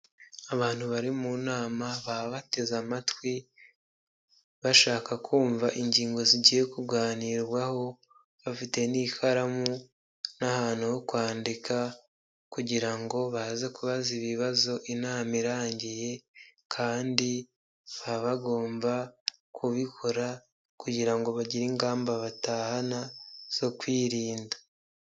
Abantu bari mu nama baba bateze amatwi, bashaka kumva ingingo zigiye kuganirwaho bafite n'ikaramu n'ahantu ho kwandika, kugira ngo baze kubaza ibibazo inama irangiye, kandi baba bagomba kubikora kugira ngo bagire ingamba batahana zo kwirinda.